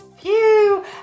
Phew